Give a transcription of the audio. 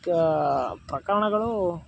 ಪ್ರಕರಣಗಳು